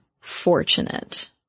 fortunate